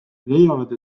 leiavad